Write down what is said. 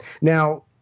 Now